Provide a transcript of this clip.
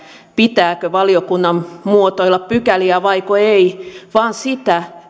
pitääkö valiokunnan muotoilla pykäliä vaiko ei vaan sitä